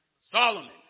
Solomon